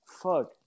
Fuck